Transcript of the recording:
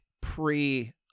pre